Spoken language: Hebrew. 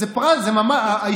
זה פרס ממש.